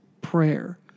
prayer